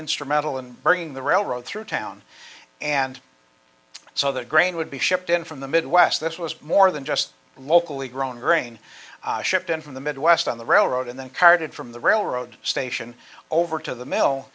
instrumental in bringing the railroad through town and so that grain would be shipped in from the midwest this was more than just locally grown grain shipped in from the midwest on the railroad and then carted from the railroad station over to the m